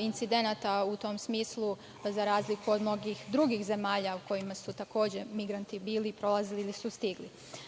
incidenata u tom smislu za razliku od mnogih drugih zemalja u kojima su takođe migranti bili i prolazili ili su stigli. Odlukom